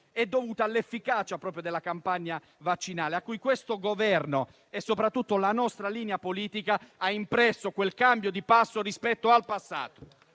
dovute all'efficacia della campagna vaccinale, a cui questo Governo e soprattutto la nostra linea politica hanno impresso un cambio di passo rispetto al passato.